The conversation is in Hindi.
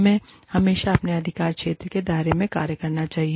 हमें हमेशा अपने अधिकार क्षेत्र के दायरे में कार्य करना चाहिए